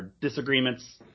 disagreements